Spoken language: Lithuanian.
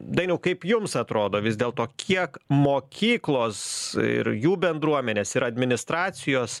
dainiau kaip jums atrodo vis dėl to kiek mokyklos ir jų bendruomenės ir administracijos